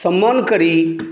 सम्मान करी